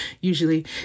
usually